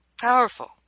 powerful